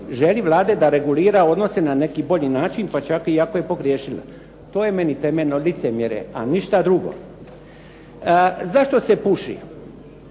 želji Vlade da regulira odnose na neki bolji način pa čak i ako je pogriješila. To je meni temeljno licemjerje, a ništa drugo. Zašto se puši?